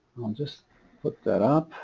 i'll just put that up